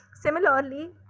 Similarly